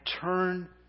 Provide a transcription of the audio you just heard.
turn